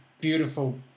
beautiful